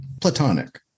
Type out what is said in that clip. Platonic